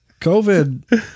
COVID